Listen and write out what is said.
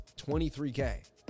23K